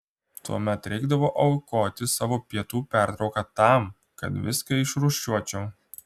tuomet reikdavo aukoti savo pietų pertrauką tam kad viską išrūšiuočiau